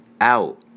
out